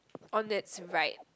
on it's right